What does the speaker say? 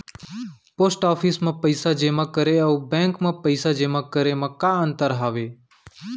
post office मा पइसा जेमा करे अऊ बैंक मा पइसा जेमा करे मा का अंतर हावे